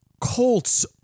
Colts